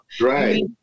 right